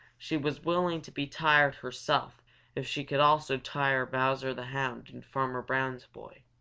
she was willing to be tired herself if she could also tire bowser the hound and farmer brown's boy.